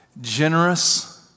generous